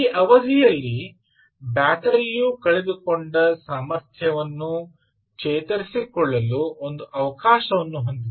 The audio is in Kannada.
ಈ ಅವಧಿಯಲ್ಲಿ ಬ್ಯಾಟರಿಯು ಕಳೆದುಕೊಂಡ ಸಾಮರ್ಥ್ಯವನ್ನು ಚೇತರಿಸಿಕೊಳ್ಳಲು ಒಂದು ಅವಕಾಶವನ್ನು ಹೊಂದಿದೆ